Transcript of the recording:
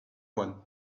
one